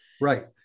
Right